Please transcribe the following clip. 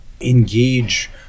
engage